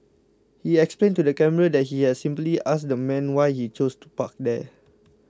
he explained to the camera that he had simply asked the man why he chose to park there